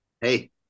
Hey